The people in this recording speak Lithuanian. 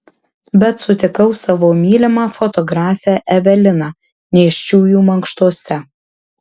bet sutikau savo mylimą fotografę eveliną nėščiųjų mankštose